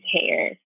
hair